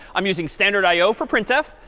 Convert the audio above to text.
i'm using standard i o for printf.